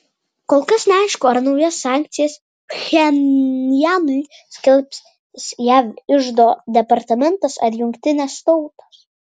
kol kas neaišku ar naujas sankcijas pchenjanui skelbs jav iždo departamentas ar jungtinės tautos